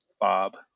bob